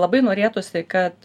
labai norėtųsi kad